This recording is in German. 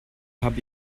habe